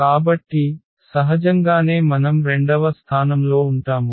కాబట్టి సహజంగానే మనం రెండవ స్థానంలో ఉంటాము